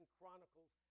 Chronicles